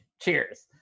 cheers